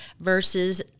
versus